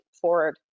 forward